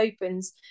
opens